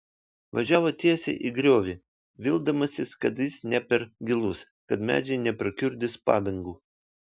važiavo tiesiai į griovį vildamasis kad jis ne per gilus kad medžiai neprakiurdys padangų